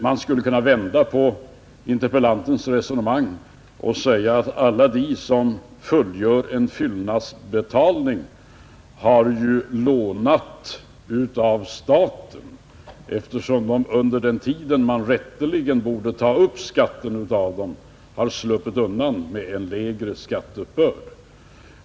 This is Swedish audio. Man skulle kunna vända på interpellantens resonemang och säga att alla de som fullgör en fyllnadsbetalning har lånat av staten, eftersom de under den tid då man rätteligen borde ta upp skatten av dem har sluppit undan med en lägre skatteuppbörd.